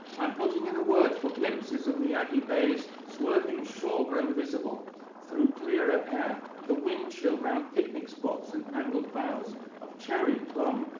i'm putting in a word for glimpses of miyagi bay's swerving shore grown visible through clearer air, the wind chill round picnic spots and angled boughs of cherry, plum,